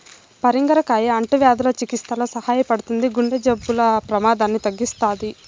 పరింగర కాయ అంటువ్యాధుల చికిత్సలో సహాయపడుతుంది, గుండె జబ్బుల ప్రమాదాన్ని తగ్గిస్తుంది